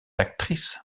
actrice